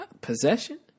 Possession